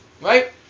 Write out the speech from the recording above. Right